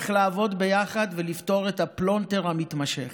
לעבוד ביחד ולפתור את הפלונטר המתמשך.